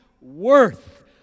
worth